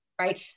right